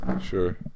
Sure